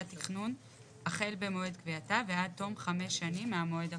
תכנון החל במועד קביעתה ועד תום חמש שנים מהמועד הקבוע.